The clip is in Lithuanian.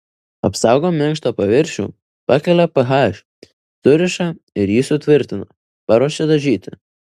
apsaugo minkštą paviršių pakelia ph suriša ir jį sutvirtina paruošia dažyti